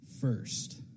first